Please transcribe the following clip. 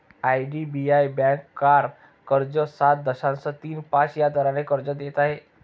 IDBI bank car कर्ज सात दशांश तीन पाच या दराने कर्ज देत आहे